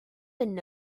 been